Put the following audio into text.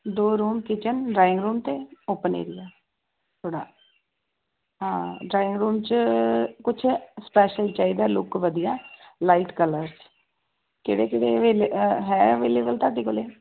ਦੋ room kitchen drawing room ਅਤੇ open area ਥੋੜ੍ਹਾ ਹਾਂ ਡਰਾਇੰਗ ਰੂਮ 'ਚ ਕੁਛ ਸਪੈਸ਼ਲ ਚਾਹੀਦਾ ਲੁੱਕ ਵਧੀਆ ਲਾਈਟ ਕਲਰ ਕਿਹੜੇ ਕਿਹੜੇ ਅਵੇ ਹੈ ਅਵੇਲੇਬਲ ਤੁਹਾਡੇ ਕੋਲ